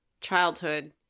childhood